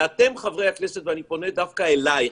אתם חברי הכנסת, אני פונה דווקא ליושבת-ראש,